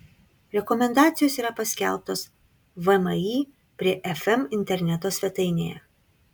rekomendacijos yra paskelbtos vmi prie fm interneto svetainėje